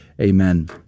amen